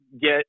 get